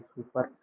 Super